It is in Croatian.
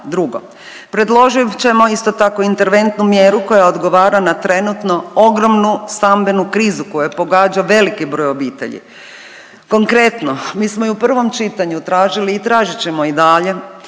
drugo, predložit ćemo isto tako interventnu mjeru koja odgovara na trenutno ogromnu stambenu krizu koja pogađa veliki broj obitelji, konkretno mi smo i u prvom čitanju tražili i tražit ćemo i dalje